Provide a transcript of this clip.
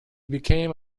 became